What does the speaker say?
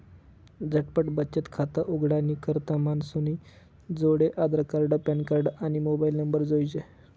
झटपट बचत खातं उघाडानी करता मानूसनी जोडे आधारकार्ड, पॅनकार्ड, आणि मोबाईल नंबर जोइजे